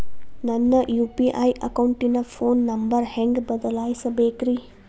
ನನ್ನ ಯು.ಪಿ.ಐ ಅಕೌಂಟಿನ phone number ಹೆಂಗ್ ಬದಲಾಯಿಸ ಬೇಕ್ರಿ?